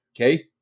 Okay